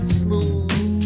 smooth